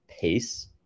pace